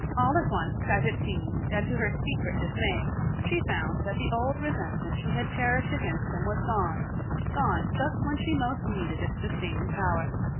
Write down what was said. all at once, as it seemed, and to her secret dismay, she found that the old resentment she had cherished against him was gone gone just when she most needed its sustaining power.